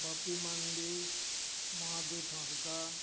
Bapi Mandi Mohadeb Hansda